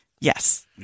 Yes